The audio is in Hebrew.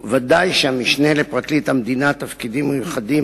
וודאי שהמשנה לפרקליט המדינה (תפקידים מיוחדים),